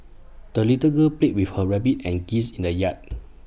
the little girl played with her rabbit and geese in the yard